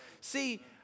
See